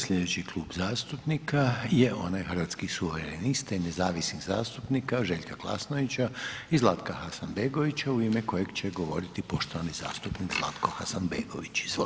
Slijedeći Klub zastupnika je onaj Hrvatskih suverenista i nezavisnih zastupnika Željka Glasnovića i Zlatka Hasanbegovića u ime kojeg će govoriti poštovani zastupnik Zlatko Hasanbegović, izvolite.